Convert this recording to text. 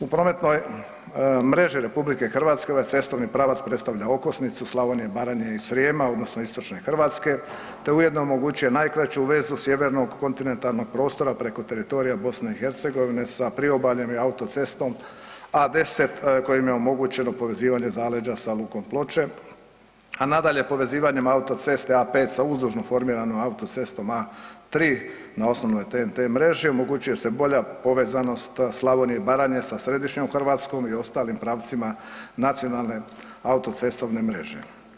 U prometnoj mreži Republike Hrvatske ovaj cestovni pravac predstavlja okosnicu Slavonije, Baranje i Srijema odnosno istočne Hrvatske te ujedno omogućuje najkraću vezu sjevernog kontinentalnog prostora preko teritorija Bosne i Hercegovine sa priobaljem i autocestom A10 kojim je omogućeno povezivanje zaleđa sa lukom Ploče, a nadalje povezivanjem autoceste A5 sa uzdužno formiranom autocestom A3 na osnovnoj TEN-T mreži omogućuje se bolja povezanost Slavonije i Baranje sa središnjom Hrvatskom i ostalim pravcima nacionalne autocestovne mreže.